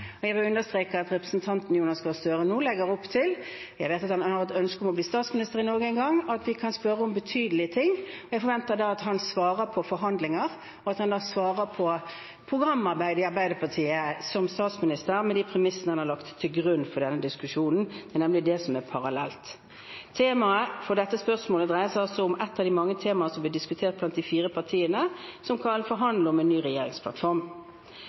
Jeg vil understreke at representanten Jonas Gahr Støre nå legger opp til – jeg vet at han har et ønske om å bli statsminister i Norge en gang – at vi kan spørre om betydelige ting, og jeg forventer da at han svarer om forhandlinger og han svarer om programarbeid i Arbeiderpartiet som statsminister, med de premissene han har lagt til grunn for denne diskusjonen. Det er nemlig det som er parallelt. Tema for dette spørsmålet dreier seg om et av de mange temaene som blir diskutert blant de fire partiene som skal forhandle om en ny regjeringsplattform.